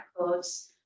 records